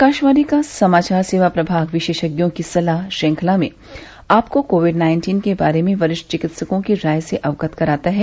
आकाशवाणी का समाचार सेवा प्रभाग विशेषज्ञों की सलाह श्रृंखला में आपको कोविड नाइन्टीन के बारे में वरिष्ठ चिकित्सकों की राय से अवगत कराता है